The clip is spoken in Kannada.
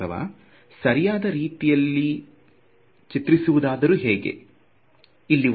ಅಥವಾ ಸರಿಯಾಗಿ ಚಿತ್ರಿಸುವ ರೀತಿಯಾದರು ಯಾವುದು